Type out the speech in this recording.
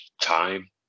time